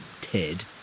Ted